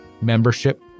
membership